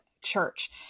church